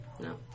No